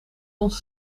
ons